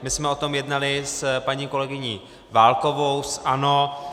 My jsme o tom jednali s paní kolegyní Válkovou z ANO.